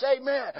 Amen